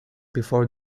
before